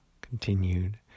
continued